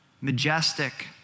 majestic